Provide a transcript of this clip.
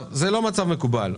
זה לא מצב מקובל,